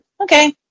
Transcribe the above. okay